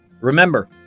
Remember